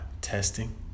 testing